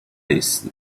类似